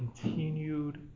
continued